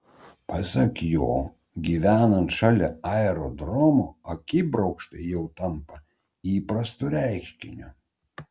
pasak jo gyvenant šalia aerodromo akibrokštai jau tampa įprastu reiškiniu